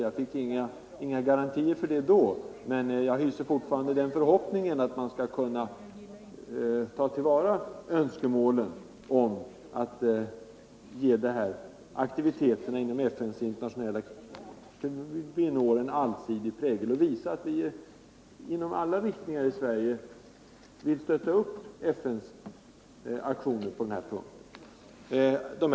Jag fick inga garantier för det då, men jag hyser fortfarande förhoppningen att man skall ta till vara önskemålen om att ge aktiviteterna inom FN:s internationella 43 kvinnoår en allsidig prägel och visa att vi inom alla riktningar i Sverige vill understödja FN:s arbete på den punkten.